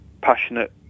passionate